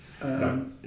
No